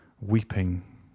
weeping